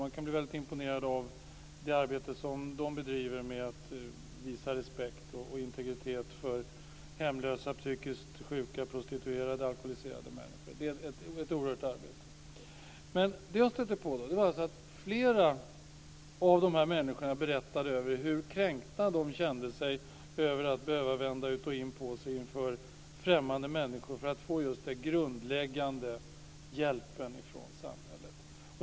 Man kan bli väldigt imponerad av det arbete som de bedriver och den respekt de visar för hemlösa, psykiskt sjuka, prostituerade och alkoholiserade människors integritet. Det är ett oerhört arbete. Flera av de här människorna berättade hur kränkta de kände sig över att behöva vända ut och in på sig inför främmande människor för att få den grundläggande hjälpen från samhället.